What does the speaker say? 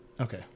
Okay